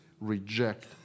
reject